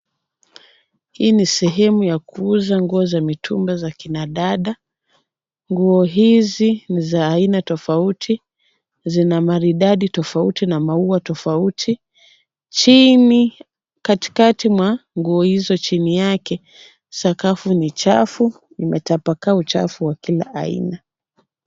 Hii ni sehemu ya kuuza nguo za mitumba za akina dada ,nguo hizi ni za aina tofauti ,zina maridadi tofauti na maua tofauti, katikati mwa nguo hizo chini yake sakafu ni chafu imetapakaa uchafu wa kila aina .